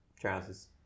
trousers